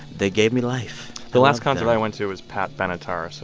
they gave me life the last concert i went to was pat benatar, so